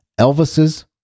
Elvis's